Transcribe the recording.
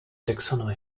taxonomy